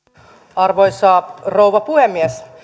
arvoisa rouva puhemies